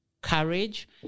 courage